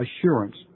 assurance